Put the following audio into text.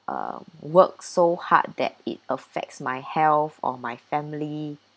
uh work so hard that it affects my health or my family